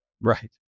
Right